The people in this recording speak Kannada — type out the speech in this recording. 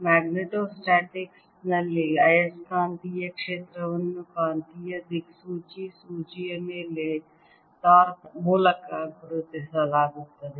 ಮ್ಯಾಗ್ನೆಟೋಸ್ಟಾಟಿಕ್ಸ್ ನಲ್ಲಿ ಆಯಸ್ಕಾಂತೀಯ ಕ್ಷೇತ್ರವನ್ನು ಕಾಂತೀಯ ದಿಕ್ಸೂಚಿ ಸೂಜಿಯ ಮೇಲೆ ಟಾರ್ಕ್ ಮೂಲಕ ಗುರುತಿಸಲಾಗುತ್ತದೆ